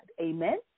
Amen